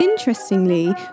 Interestingly